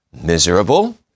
miserable